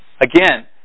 Again